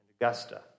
Augusta